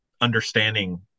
understanding